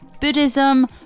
Buddhism